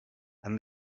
and